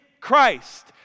Christ